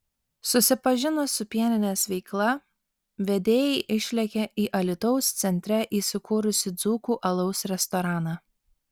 susipažinus su pieninės veikla vedėjai išlėkė į alytaus centre įsikūrusį dzūkų alaus restoraną